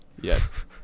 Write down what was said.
Yes